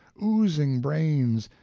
oozing brains,